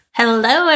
hello